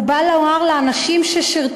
והוא בא לומר לאנשים ששירתו,